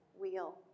wheel